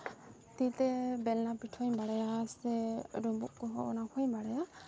ᱛᱤᱛᱮ ᱵᱮᱞᱱᱟ ᱯᱤᱴᱷᱟᱹ ᱦᱚᱸᱧ ᱵᱟᱲᱟᱭᱟ ᱥᱮ ᱰᱩᱵᱩᱜ ᱠᱚᱦᱚᱸ ᱚᱱᱟ ᱠᱚᱦᱚᱸᱧ ᱵᱟᱲᱟᱭᱟ